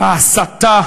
ההסתה